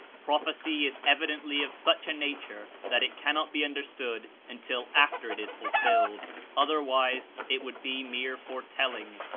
prophecy is evidently of such a nature that it cannot be understood until after it is fulfilled other wise it would be mere foretelling.